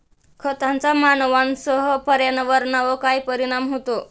खतांचा मानवांसह पर्यावरणावर काय परिणाम होतो?